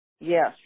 Yes